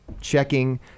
checking